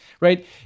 right